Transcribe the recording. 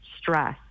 stress